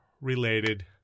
related